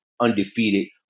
undefeated